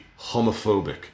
homophobic